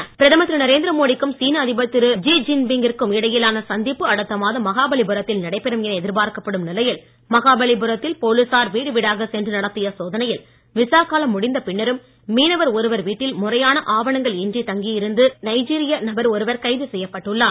கைது பிரதமர் திரு நரேந்திரமோடி க்கும் சீன அதிபர் திரு ஜி ஜின்பிங் கிற்கும் இடையிலான சந்திப்பு அடுத்த மாதம் மகாபலிபுரத்தில் நடைபெறும் என எதிர்பார்க்கப்படும் நிலையில் மகாபலிபுரத்தில் போலீசார் வீடுவீடாகச் சென்று நடத்திய சோதனையில் விசா காலம் முடிந்த பின்னரும் மீனவர் ஒருவர் வீட்டில் முறையான ஆவணங்கள் இன்றி தங்கி இருந்து நைஜீரிய நபர் ஒருவர் கைது செய்யப்பட்டுள்ளார்